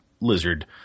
lizard